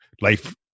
life